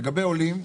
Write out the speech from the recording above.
לגבי עולים,